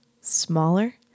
smaller